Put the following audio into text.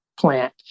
plant